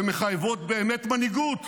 ומחייבות באמת מנהיגות,